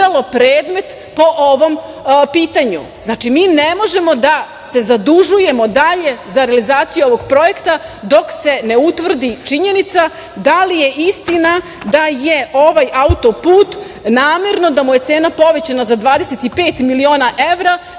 predmet po ovom pitanju? Znači, mi ne možemo da se zadužujemo dalje za realizaciju ovog projekta dok se ne utvrdi činjenica, da li je istina da je ovaj auto-put da mu je namerno cena povećana za 25 miliona evra